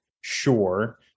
Sure